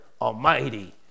Almighty